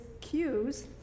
cues